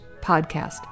podcast